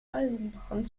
eisenbahn